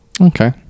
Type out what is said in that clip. okay